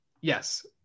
Yes